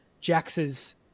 Jax's